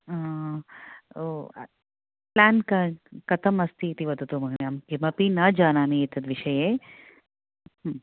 plan कथं अस्ति इति वदतु महोदय अहं किमपि न जानामि एतद्विषये